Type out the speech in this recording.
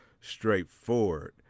straightforward